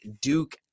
Duke